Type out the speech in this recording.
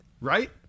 Right